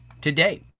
today